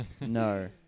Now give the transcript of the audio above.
no